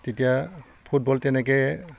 তেতিয়া ফুটবল তেনেকৈ